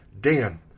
Dan